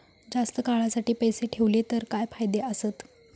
जास्त काळासाठी पैसे ठेवले तर काय फायदे आसत?